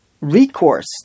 recourse